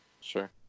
Sure